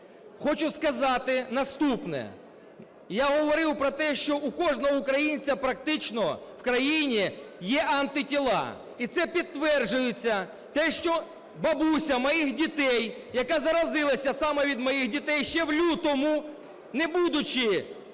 Хочу сказати наступне. Я говорив про те, що у кожного українця практично в країні є антитіла і це підтверджується, те, що бабуся моїх дітей, яка заразилася саме від моїх дітей ще в лютому, не будучи